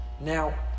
Now